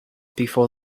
before